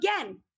again